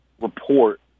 report